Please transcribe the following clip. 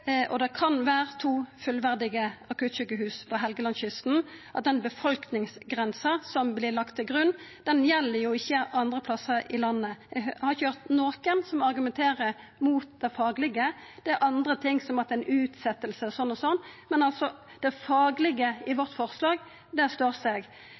og kan vera to fullverdige akuttsjukehus på Helgelandskysten, at den befolkningsgrensa som vert lagt til grunn, ikkje gjeld andre plassar i landet. Eg har ikkje høyrt nokon som argumenterer mot det faglege. Det er andre ting, som at det er ei utsetjing osv., men det faglege i forslaget vårt står seg.